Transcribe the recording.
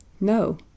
No